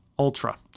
Ultra